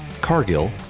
Cargill